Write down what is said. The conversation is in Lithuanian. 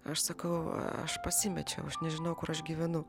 aš sakau aš pasimečiau aš nežinau kur aš gyvenu